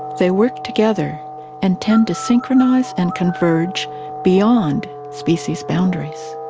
they work together and tend to synchronise and converge beyond species boundaries.